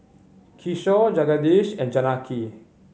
Kishore Jagadish and Janaki